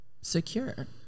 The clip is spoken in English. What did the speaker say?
secure